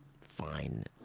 Fine